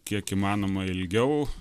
kiek įmanoma ilgiau